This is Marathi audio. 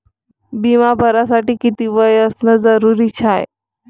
बिमा भरासाठी किती वय असनं जरुरीच हाय?